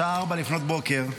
השעה 4:00,